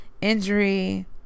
Injury